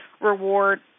reward